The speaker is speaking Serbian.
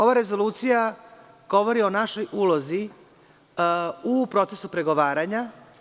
Ova rezolucija govori o našoj ulozi u procesu pregovaranja.